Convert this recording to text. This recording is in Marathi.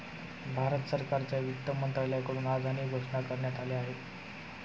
भारत सरकारच्या वित्त मंत्रालयाकडून आज अनेक घोषणा करण्यात आल्या आहेत